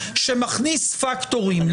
שמכניס פקטורים,